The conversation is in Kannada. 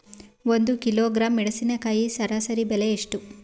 ಒಂದು ಕಿಲೋಗ್ರಾಂ ಮೆಣಸಿನಕಾಯಿ ಸರಾಸರಿ ಬೆಲೆ ಎಷ್ಟು?